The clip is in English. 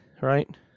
right